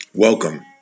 Welcome